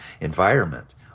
environment